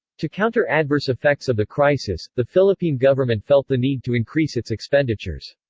to counter adverse effects of the crisis, the philippine government felt the need to increase its expenditures.